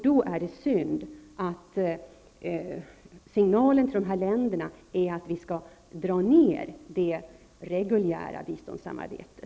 Det är då synd att signalen till dessa länder är att vi skall dra ner det reguljära biståndssamarbetet.